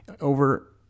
over